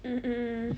mm mm